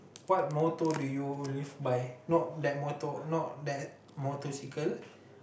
what motto do you live by not that motto not that motorcycle